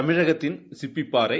தமிழகத்தின் சிப்பிபாரை